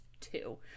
two